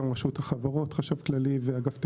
גם רשות החברות, חשב כללי ואגף תקציבים,